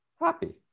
happy